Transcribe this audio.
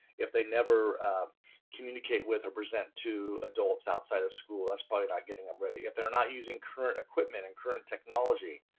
if they never communicate with or present to adults outside of school that's probably not getting them ready. if they are not using current equipment and current technology,